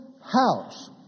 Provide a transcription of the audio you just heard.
house